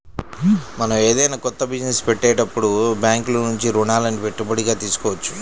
మనం ఏదైనా కొత్త బిజినెస్ పెట్టేటప్పుడు బ్యేంకుల నుంచి రుణాలని పెట్టుబడిగా తీసుకోవచ్చు